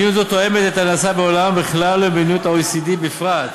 מדיניות זו תואמת את הנעשה בעולם בכלל ובמדינות ה-OECD בפרט.